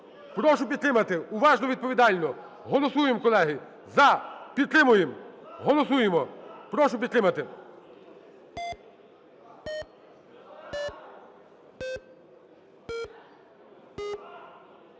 Прошу підтримати уважно, відповідально. Голосуємо, колеги, "за". Підтримуємо. Голосуємо. Прошу підтримати.